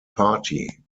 party